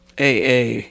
AA